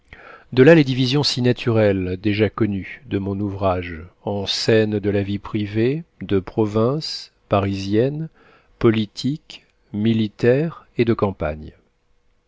de là les divisions si naturelles déjà connues de mon ouvrage en scènes de la vie privée de province parisienne politique militaire et de campagne